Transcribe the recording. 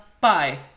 bye